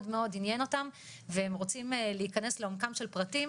מאוד עניין אותם והם רוצים להיכנס לעומקם של פרטים,